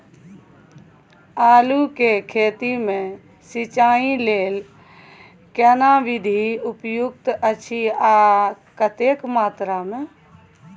आलू के खेती मे सिंचाई लेल केना विधी उपयुक्त अछि आ कतेक मात्रा मे?